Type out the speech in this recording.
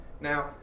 now